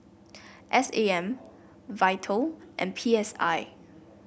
S A M Vital and P S I